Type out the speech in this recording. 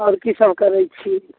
आओर की सब करै छी